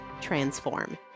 transform